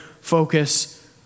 focus